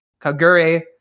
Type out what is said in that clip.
Kagure